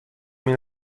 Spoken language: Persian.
این